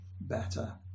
better